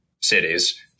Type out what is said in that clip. cities